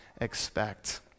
expect